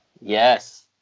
Yes